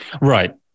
Right